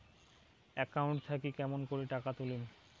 Account থাকি কেমন করি টাকা তুলিম?